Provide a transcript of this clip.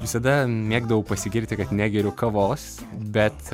visada mėgdavau pasigirti kad negeriu kavos bet